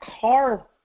car